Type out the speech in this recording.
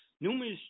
Numerous